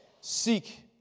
seek